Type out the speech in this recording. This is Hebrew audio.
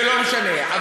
ולא משנה.